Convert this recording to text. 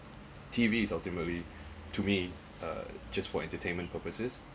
T_V is ultimately to me uh just for entertainment purposes